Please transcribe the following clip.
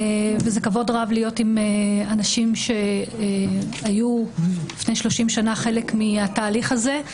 זה כבוד רב להיות עם אנשים שהיו לפני שלושים שנה חלק מהתהליך הזה.